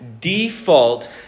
default